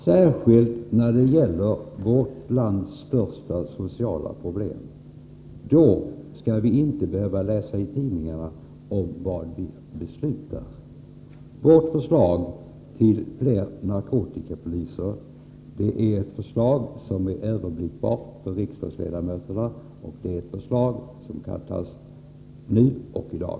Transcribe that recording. Särskilt när det gäller vårt lands största sociala problem skall vi inte behöva läsa i tidningarna vad vi skall besluta. Vårt förslag till fler narkotikapoliser är överblickbart för riksdagsledamöterna, och det är ett förslag som kan antas nu och i dag.